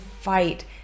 fight